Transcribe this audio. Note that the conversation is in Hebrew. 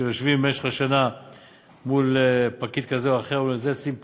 שיושבים במשך השנה מול פקיד כזה או אחר ואומרים: את זה שים פה,